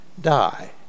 die